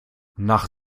nach